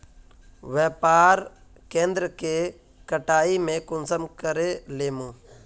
व्यापार केन्द्र के कटाई में कुंसम करे लेमु?